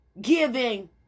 giving